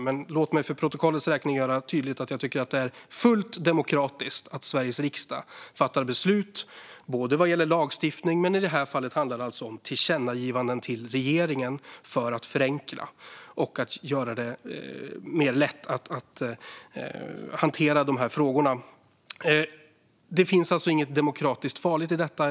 Men låt mig för protokollets räkning göra det tydligt att jag tycker att det är fullt demokratiskt att Sveriges riksdag fattar beslut både om lagstiftning och, i detta fall, om förslag till tillkännagivanden till regeringen för att förenkla och göra det lättare att hantera dessa frågor. Det finns alltså inget demokratiskt farligt i detta.